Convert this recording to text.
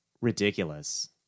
Ridiculous